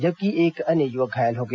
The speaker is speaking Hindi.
जबकि एक अन्य युवक घायल हो गया